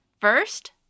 First